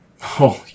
Holy